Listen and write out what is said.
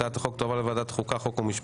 הצעת החוק תעבור לוועדת החוקה, חוק ומשפט.